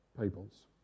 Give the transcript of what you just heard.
peoples